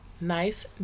Nice